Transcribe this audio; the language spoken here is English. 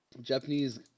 Japanese